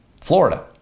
Florida